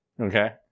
Okay